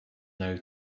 know